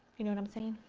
you know what i'm saying?